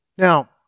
Now